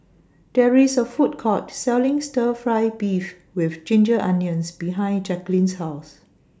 There IS A Food Court Selling Stir Fry Beef with Ginger Onions behind Jacklyn's House